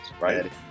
right